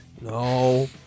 No